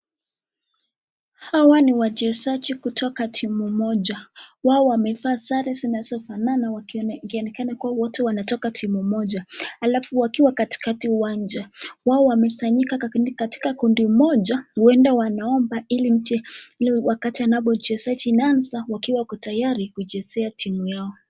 Hawa ni wachezaji kutoka timu moja. Wao wamevaa sare zinazofanana ikionekana wote wanatoka timu moja alafu wakiwa katikati uwanja. Wao wamesanyika katika kundi moja huenda wanaomba ili wakati anapo uchezaji inaanza wakiwa wako tayari kuchezea timu yao.